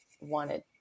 wanted